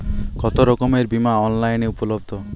কতোরকমের বিমা অনলাইনে উপলব্ধ?